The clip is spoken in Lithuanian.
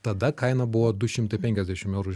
tada kaina buvo du šimtai penkiasdešim eurų